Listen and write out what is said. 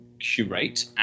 Curate